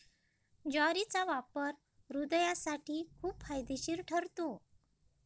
ज्वारीचा वापर हृदयासाठी खूप फायदेशीर ठरतो